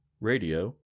radio